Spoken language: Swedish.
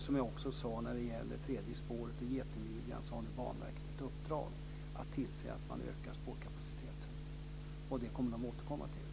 Som jag sade när det gällde tredje spåret och getingmidjan har nu Banverket ett uppdrag att tillse att spårkapaciteten ökas. Det kommer man att återkomma till.